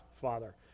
Father